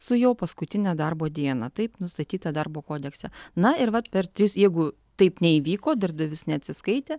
su juo paskutinę darbo dieną taip nustatyta darbo kodekse na ir vat per tris jeigu taip neįvyko darbdavys neatsiskaitė